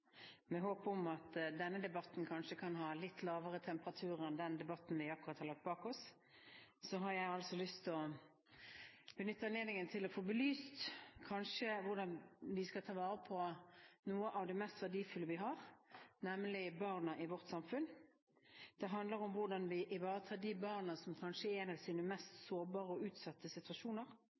Med håp om at denne debatten kanskje kan ha litt lavere temperatur enn den debatten vi akkurat har lagt bak oss, har jeg lyst til å benytte anledningen til å få belyst hvordan vi skal ta vare på noe av det mest verdifulle vi har, nemlig barna i vårt samfunn. Det handler om hvordan vi ivaretar de barna som kanskje er i en av sine mest sårbare og utsatte situasjoner.